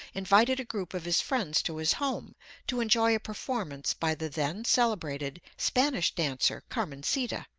invited a group of his friends to his home to enjoy a performance by the then celebrated spanish dancer carmencita.